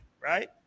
Right